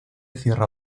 cierra